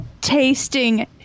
tasting